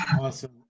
Awesome